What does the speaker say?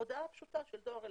הודעה פשוטה של דואר אלקטרוני,